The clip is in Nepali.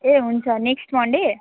ए हुन्छ नेक्स्ट मन्डे